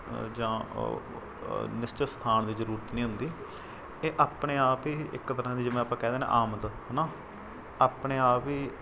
ਜਾਂ ਨਿਸ਼ਚਿਤ ਸਥਾਨ ਦੀ ਜ਼ਰੂਰਤ ਨਹੀਂ ਹੁੰਦੀ ਇਹ ਆਪਣੇ ਆਪ ਹੀ ਇੱਕ ਤਰ੍ਹਾਂ ਦੀ ਜਿਵੇਂ ਆਪਾਂ ਕਹਿ ਦਿੰਦੇ ਆਮਦ ਹੈ ਨਾ ਆਪਣੇ ਆਪ ਹੀ